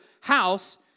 house